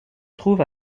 trouve